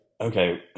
okay